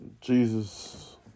Jesus